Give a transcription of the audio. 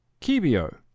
Kibio